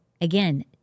again